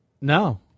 no